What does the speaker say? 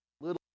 little